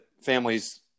families